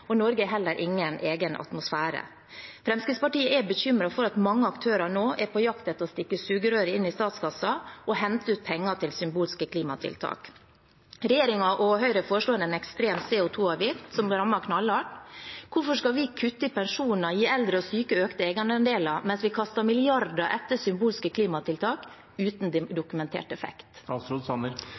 og Norge har heller ingen egen atmosfære. Fremskrittspartiet er bekymret for at mange aktører nå er på jakt etter å stikke sugerøret inn i statskassa og hente ut penger til symbolske klimatiltak. Regjeringen og Høyre foreslår en ekstrem CO 2 -avgift, som vil ramme knallhardt. Hvorfor skal vi kutte i pensjoner og gi eldre og syke økte egenandeler, mens vi kaster milliarder etter symbolske klimatiltak uten dokumentert effekt?